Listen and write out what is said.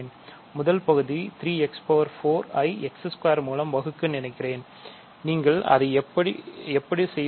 முதல் பகுதி 3x4 ஐ x2 மூலம் வகுக்க விரும்புகிறேன் நீங்கள் அதை எப்படி செய்வது